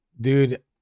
dude